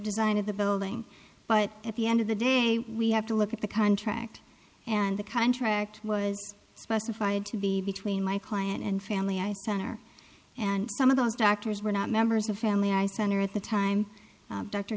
design of the building but at the end of the day we have to look at the contract and the contract was specified to be between my client and family i center and some of those doctors were not members of family i center at the time